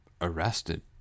arrested